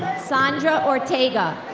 sandra ortega.